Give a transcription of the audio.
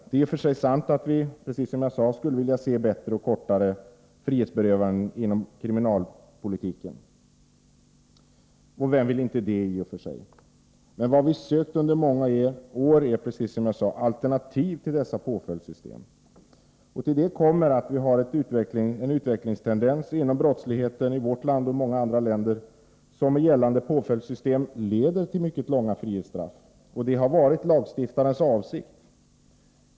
Det är i och för sig sant att vi skulle vilja se bättre och kortare frihetsberövanden inom kriminalpolitiken — vem vill inte det — men det vi sökt under många år är, precis som jag sade, alternativ till dessa påföljdssystem. Till det kommer att vi har en utvecklingstendens inom brottsligheten i vårt land och i många andra länder som med gällande påföljdssystem leder till mycket långa frihetsstraff. Det har varit lagstiftarnas avsikt.